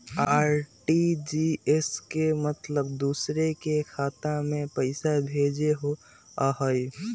RTGS के मतलब दूसरे के खाता में पईसा भेजे होअ हई?